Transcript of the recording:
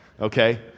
okay